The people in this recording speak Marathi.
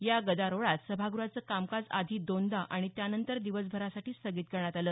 या गदारोळात सभागृहाचं कामकाज आधी दोनदा आणि त्यानंतर दिवसभरासाठी स्थगित करण्यात आलं